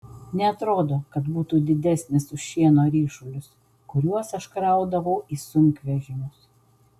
neatrodo kad būtų didesnis už šieno ryšulius kuriuos aš kraudavau į sunkvežimius